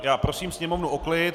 Já prosím sněmovnu o klid.